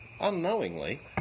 unknowingly